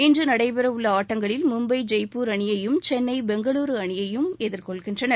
இன்று நடைபெற உள்ள ஆட்டங்களில் மும்பை ஜெய்பூர் அணியையும் சென்னை பெங்களூரு அணியையும் எதிர்கொள்கின்றன